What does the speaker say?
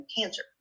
cancer